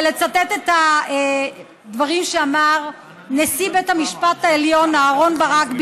ולצטט את הדברים שאמר נשיא בית המשפט העליון אהרן ברק,